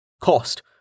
Cost